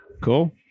Cool